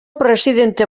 presidente